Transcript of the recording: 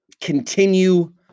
continue